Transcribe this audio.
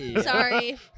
Sorry